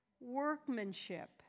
workmanship